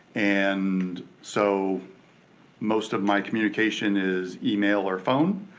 and so most of my communication is email or phone,